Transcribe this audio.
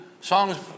songs